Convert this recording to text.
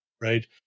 right